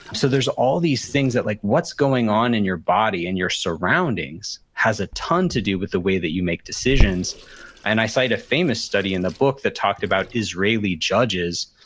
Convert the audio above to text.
so there's all these things that like what's going on in your body and your surroundings has a ton to do with the way that you make decisions i and i cite a famous study in the book that talked about israeli judges,